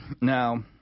Now